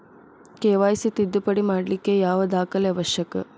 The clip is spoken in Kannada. ಕೆ.ವೈ.ಸಿ ತಿದ್ದುಪಡಿ ಮಾಡ್ಲಿಕ್ಕೆ ಯಾವ ದಾಖಲೆ ಅವಶ್ಯಕ?